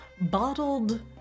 bottled